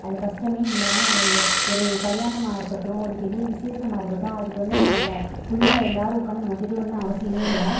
அது கஸ்டமே இல்லாமல் நம்ம ஒரு கல்யாணமாக இருக்கட்டும் ஒரு பெரிய விசேசமாக இருக்கட்டும் அதுக்கு வந்து நம்ம அதில் ஃபுல்லா எல்லோரும் உட்காந்து நம்ம திருவன்னு அவசியமே இல்லை